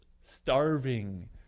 starving